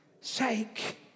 sake